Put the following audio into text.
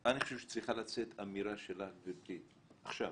אני חושב שצריכה להיות אמירה שאנחנו נבוא לכזה